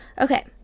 Okay